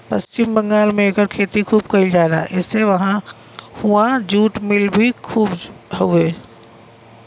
पश्चिम बंगाल में एकर खेती खूब कइल जाला एसे उहाँ जुट मिल भी खूब हउवे